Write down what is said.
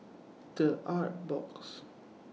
The Artbox